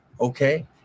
okay